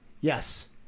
yes